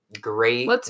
great